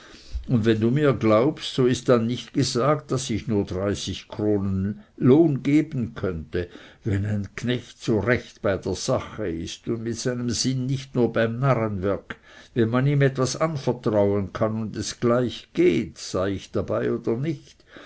und wenn du mir glaubst so ist dann nicht gesagt daß ich nur dreißig kronen lohn geben könne wenn ein knecht so recht bei der sache ist und mit seinem sinn nicht nur beim narrenwerk wenn man ihm etwas anvertrauen kann und es gleich geht sei ich dabei oder nicht